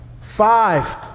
five